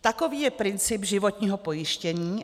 Takový je princip životního pojištění.